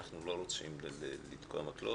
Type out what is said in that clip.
אנחנו לא רוצים לתקוע מקלות.